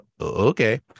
okay